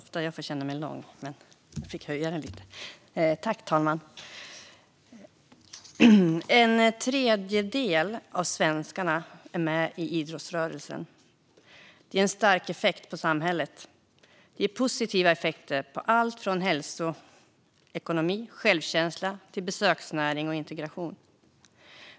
Fru talman! En tredjedel av svenskarna är med i idrottsrörelsen. Det ger en stark effekt på samhället, och det ger positiva effekter på allt från hälsoekonomi och självkänsla till besöksnäring och integration.